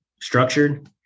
structured